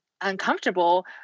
uncomfortable